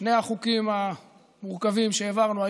שני החוקים המורכבים שהעברנו היום,